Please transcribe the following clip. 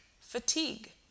fatigue